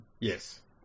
Yes